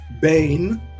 Bane